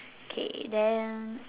K then